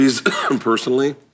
personally